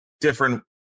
different